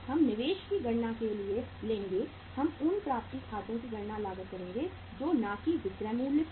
हम निवेश की गणना के लिए लेंगे हम उन प्राप्ति खातों की गणना लागत करेंगे जो ना की विक्रय मूल्य पर